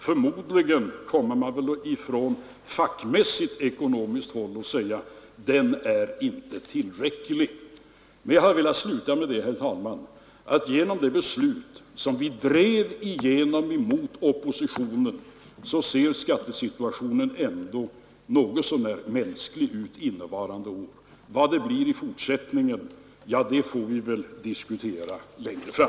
Förmodligen kommer man väl från fackmässigt ekonomiskt håll att säga att den inte är tillräcklig. Jag har emellertid avslutningsvis, herr talman, velat säga att tack vare det beslut som vi drev igenom mot oppositionen ser skattesituationen ändå något så när hygglig ut innevarande år. Vad det blir i fortsättningen får vi väl diskutera längre fram.